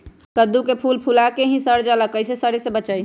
कददु के फूल फुला के ही सर जाला कइसे सरी से बचाई?